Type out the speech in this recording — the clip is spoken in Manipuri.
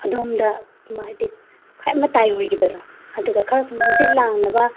ꯑꯗꯣꯝꯗ ꯍꯥꯏꯗꯤ ꯈ꯭ꯋꯥꯏ ꯃꯇꯥꯏ ꯑꯣꯏꯒꯤꯕꯗꯣ ꯑꯗꯨꯗ ꯈꯔ ꯁꯨꯝ ꯍꯪꯆꯤꯠ ꯂꯥꯡꯅꯕ